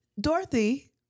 Dorothy